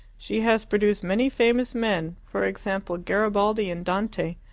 she has produced many famous men for example garibaldi and dante.